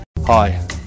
Hi